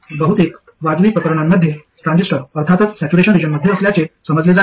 बहुतेक वाजवी प्रकरणांमध्ये ट्रान्झिस्टर अर्थातच सॅच्युरेशन रिजनमध्ये असल्याचे समजले जाते